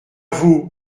vous